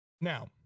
now